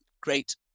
great